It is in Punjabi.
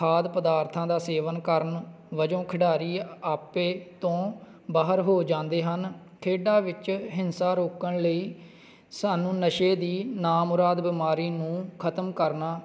ਖਾਦ ਪਦਾਰਥਾਂ ਦਾ ਸੇਵਨ ਕਰਨ ਵਜੋਂ ਖਿਡਾਰੀ ਆਪੇ ਤੋਂ ਬਾਹਰ ਹੋ ਜਾਂਦੇ ਹਨ ਖੇਡਾਂ ਵਿੱਚ ਹਿੰਸਾ ਰੋਕਣ ਲਈ ਸਾਨੂੰ ਨਸ਼ੇ ਦੀ ਨਾ ਮੁਰਾਦ ਬਿਮਾਰੀ ਨੂੰ ਖ਼ਤਮ ਕਰਨਾ